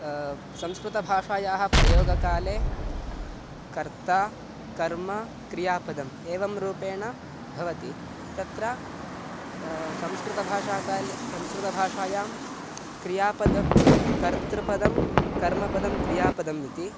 संस्कृतभाषायाः प्रयोगकाले कर्ता कर्म क्रियापदम् एवं रूपेण भवति तत्र संस्कृतभाषाकाले संस्कृतभाषायां क्रियापदं कर्तृपदं कर्मपदं क्रियापदम् इति